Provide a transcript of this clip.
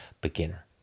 beginner